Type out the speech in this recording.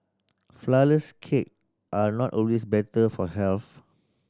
flourless cake are not always better for health